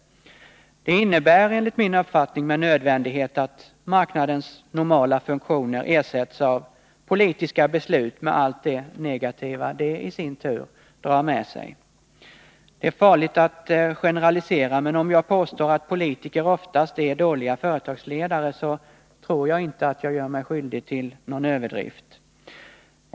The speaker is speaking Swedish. Detta innebär enligt min uppfattning med nödvändighet att marknadens normala funktioner ersätts av politiska beslut, med allt det negativa som det i sin tur drar med sig. Det är farligt att generalisera, men om jag påstår att politiker oftast är dåliga företagsledare tror jag inte att jag gör mig skyldig till någon överdrift.